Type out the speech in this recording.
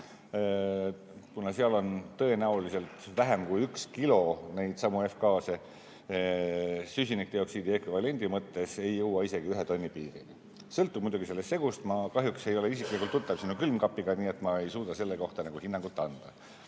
kuna seal on tõenäoliselt vähem kui üks kilo neidsamu F‑gaase, süsinikdioksiidi ekvivalendi mõttes ei jõua isegi ühe tonni piirini. Sõltub muidugi sellest segust. Ma kahjuks ei ole isiklikult tuttav sinu külmkapiga, nii et ma ei suuda selle kohta hinnangut anda.